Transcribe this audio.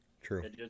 True